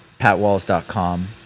patwalls.com